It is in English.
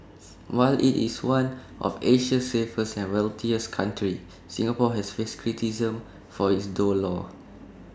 while IT is one of Asia's safest and wealthiest countries Singapore has faced criticism for its though laws